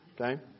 Okay